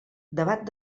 debat